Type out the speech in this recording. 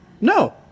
No